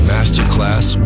Masterclass